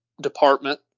department